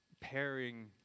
pairing